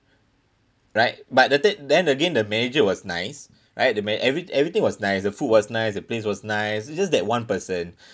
right but the thi~ then again the manager was nice right the ma~ every~ everything was nice the food was nice place was nice it's just that one person